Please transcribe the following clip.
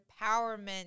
empowerment